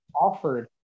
offered